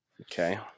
Okay